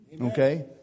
Okay